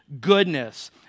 goodness